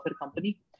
company